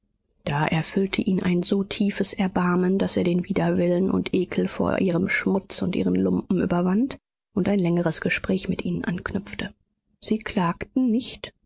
da erfüllte ihn ein so tiefes erbarmen daß er den widerwillen und ekel vor ihrem schmutz und ihren lumpen überwand und ein längeres gespräch mit ihnen anknüpfte sie klagten nicht